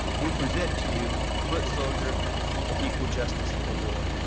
we present to you the foot soldier for equal justice award.